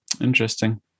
Interesting